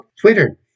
Twitter